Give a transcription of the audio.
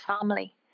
family